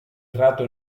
rato